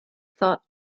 thought